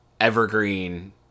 evergreen